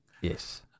Yes